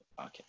Okay